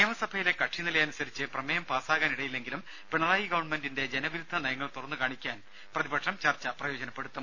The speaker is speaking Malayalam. നിയമസഭയിലെ കക്ഷിനിലയനുസരിച്ച് പ്രമേയം പാസാകാനിടയില്ലെങ്കിലും പിണറായി ഗവൺമെന്റിന്റെ ജനവിരുദ്ധ നയങ്ങൾ തുറന്നു കാണിയ്ക്കാൻ പ്രതിപക്ഷം ചർച്ച പ്രയോജനപ്പെടുത്തും